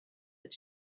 that